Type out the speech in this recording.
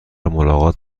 ملاقات